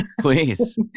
please